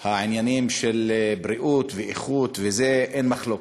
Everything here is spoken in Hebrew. על העניינים של בריאות ואיכות אין מחלוקת.